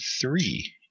Three